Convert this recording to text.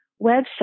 website